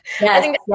yes